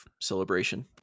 celebration